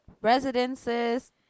residences